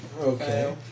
Okay